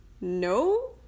no